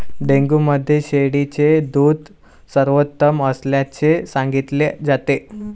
dengue मध्ये शेळीचे दूध सर्वोत्तम असल्याचे सांगितले जाते